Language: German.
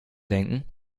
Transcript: denken